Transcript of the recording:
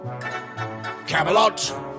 Camelot